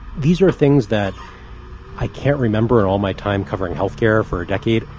these are things that i can't remember all my time covering health care for a decade.